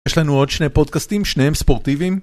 יש לנו עוד שני פודקאסטים, שניהם ספורטיביים.